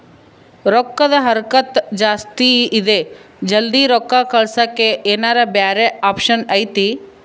ರೊಕ್ಕದ ಹರಕತ್ತ ಜಾಸ್ತಿ ಇದೆ ಜಲ್ದಿ ರೊಕ್ಕ ಕಳಸಕ್ಕೆ ಏನಾರ ಬ್ಯಾರೆ ಆಪ್ಷನ್ ಐತಿ?